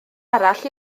arall